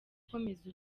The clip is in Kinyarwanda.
komeza